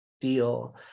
deal